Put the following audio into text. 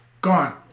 gone